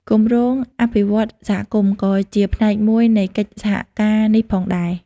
គម្រោងអភិវឌ្ឍន៍សហគមន៍ក៏ជាផ្នែកមួយនៃកិច្ចសហការនេះផងដែរ។